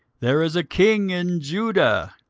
there is a king in judah